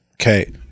okay